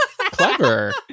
clever